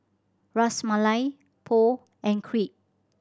Ras Malai Pho and Crepe